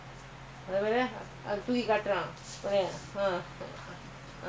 family now family sorry ah